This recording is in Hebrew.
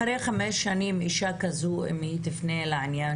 אם אחרי חמש שנים אישה כזאת תפנה לעניין